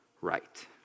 right